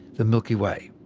the milky way.